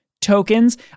tokens